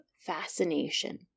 fascination